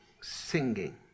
singing